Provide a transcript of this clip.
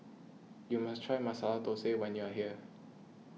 you must try Masala Thosai when you are here